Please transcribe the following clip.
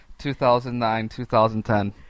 2009-2010